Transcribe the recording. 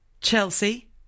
Chelsea